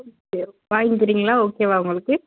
okay வாங்கிகிறீங்களா ஓகேவா உங்களுக்கு